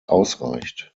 ausreicht